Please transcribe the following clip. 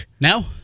Now